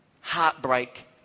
heartbreak